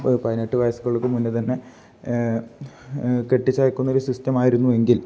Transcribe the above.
പതിനെട്ട് വയസുകൾക്ക് മുന്നേ തന്നെ കെട്ടിച്ചയക്കുന്ന ഒരു സിസ്റ്റമായിരുന്നു എങ്കിൽ